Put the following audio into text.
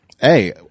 Hey